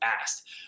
asked